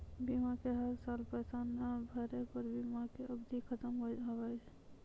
बीमा के हर साल पैसा ना भरे पर बीमा के अवधि खत्म हो हाव हाय?